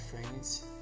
friends